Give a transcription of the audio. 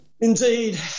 Indeed